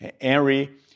Henry